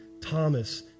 Thomas